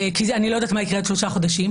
כי אני לא יודעת מה יקרה עוד שלושה חודשים,